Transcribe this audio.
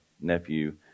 nephew